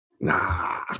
Nah